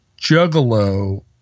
juggalo